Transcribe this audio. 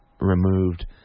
removed